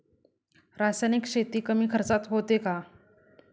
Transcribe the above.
रासायनिक शेती कमी खर्चात होते का?